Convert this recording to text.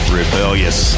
rebellious